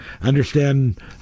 understand